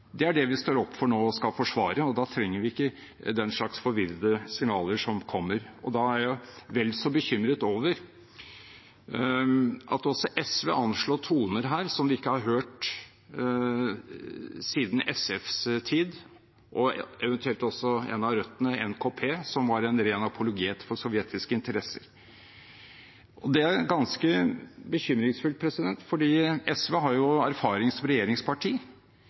Det er det vi nå står opp for og skal forsvare, og da trenger vi ikke den slags forvirrede signaler. Da er jeg vel så bekymret over at også SV anslår toner som vi ikke har hørt siden SFs tid, og eventuelt også en av røttene, NKP, som var en ren apologet for sovjetiske interesser. Det er ganske bekymringsfullt, for SV har jo erfaring som regjeringsparti.